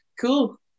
cool